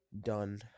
done